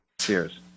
Cheers